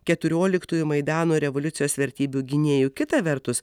keturioliktųjų maidano revoliucijos vertybių gynėju kita vertus